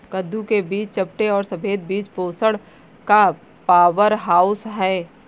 कद्दू के बीज चपटे और सफेद बीज पोषण का पावरहाउस हैं